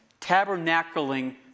tabernacling